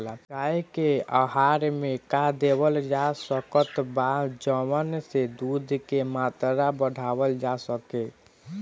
गाय के आहार मे का देवल जा सकत बा जवन से दूध के मात्रा बढ़ावल जा सके?